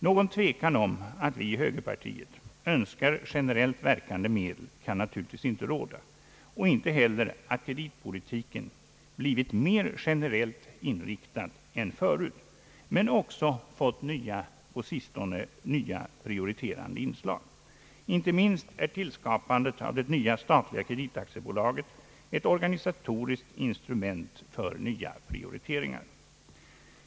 Någon tvekan om att vi i högerpartiet önskar generellt verkande medel kan naturligtvis inte råda, inte heller om att kreditpolitiken blivit mer generellt inriktad än förut men också fått nya prioriterande inslag. Inte minst är tillskapandet av det nya statliga kreditaktiebolaget ett organisatoriskt instrument för nya prioriteringar.